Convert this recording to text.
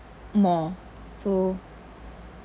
more so